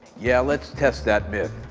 yeah, let's test that myth.